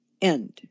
end